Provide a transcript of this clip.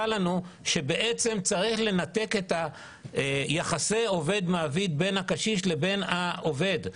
-- שבעצם צריך לנתק את יחסי עובד-מעביד בין הקשיש לבין העובד.